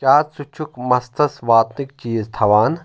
کیاہ ژٕ چھُکھ مستَس واتنٕکۍ چیٖز تھاوان